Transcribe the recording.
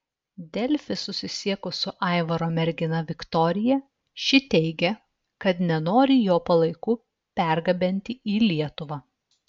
delfi susisiekus su aivaro mergina viktorija ši teigė kad nenori jo palaikų pergabenti į lietuvą